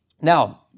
Now